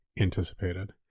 anticipated